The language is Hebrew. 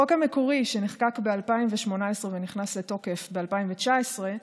החוק המקורי, שנחקק ב-2018 ונכנס לתוקף ב-2019,